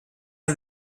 ein